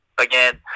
Again